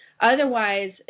Otherwise